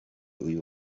uyu